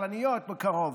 כלניות בקרוב.